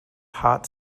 hot